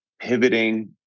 pivoting